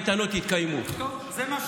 הקייטנות יתקיימו, טוב, זה מה שחשוב.